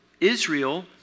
Israel